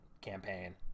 campaign